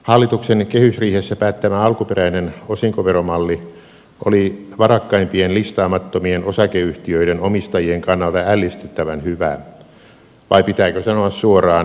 hallituksen kehysriihessä päättämä alkuperäinen osinkoveromalli oli varakkaimpien listaamattomien osakeyhtiöiden omistajien kannalta ällistyttävän hyvä vai pitääkö sanoa suoraan emämunaus